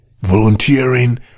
volunteering